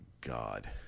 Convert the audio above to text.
God